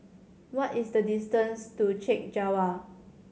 what is the distance to Chek Jawa